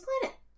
planet